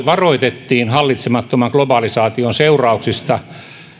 varoitettiin hallitsemattoman globalisaation seurauksista